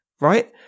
Right